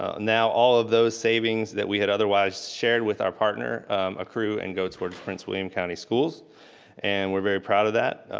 ah now, all of those savings that we had otherwise shared with her partner accrue and go towards prince william county schools and we're very proud of that.